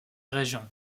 régions